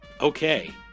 Okay